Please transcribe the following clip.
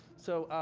so,